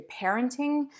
parenting